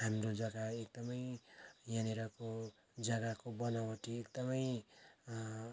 हाम्रो जग्गा एकदमै यहाँनिरको जग्गाको बनावटी एकदमै